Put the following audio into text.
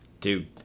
dude